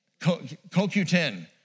CoQ10